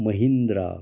Mahindra